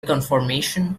conformation